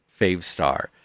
FaveStar